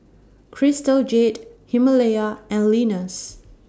Crystal Jade Himalaya and Lenas